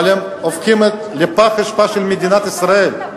אבל הן הופכות לפח האשפה של מדינת ישראל.